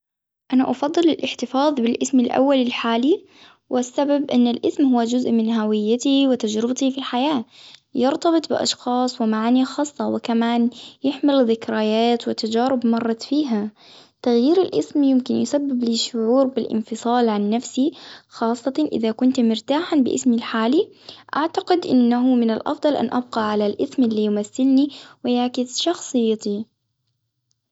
أنا أفضل الإحتفاظ بلإسم الأول الحالي، والسبب أن الإسم هو جزء من هويتي وتجربتي في الحياة، يرتبط بأشخاص ومعاني خاصة ، وكمان يحمل ذكريات وتجارب مرت فيها، تغيير الإسم يمكن يسبب لي شعور بالإنفصال عن نفسي، خاصة إذا كنت مرتاحة لإسمي الحالي، أعتقد أنه من الأفضل أن أبقى على الإسم اللي يمثلني ويعكس شخصيتي.